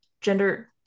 Gender